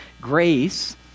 grace